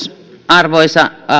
arvoisa